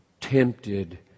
tempted